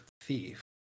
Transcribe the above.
thief